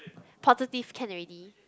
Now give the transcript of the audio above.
positive can already